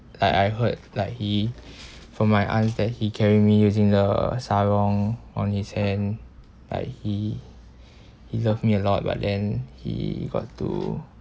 like I heard like he from my aunts that he carry me using the sarong on his hand like he he love me a lot but then he got to